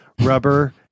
rubber